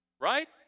Right